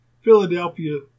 Philadelphia